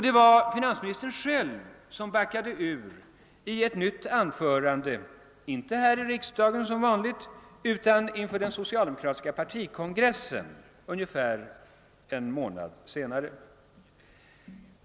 Det var finansministern själv, som backade ur i ett nytt anförande — som vanligt inte här i riksdagen utan inför den socialdemokratiska partikongressen ungefär en månad senare.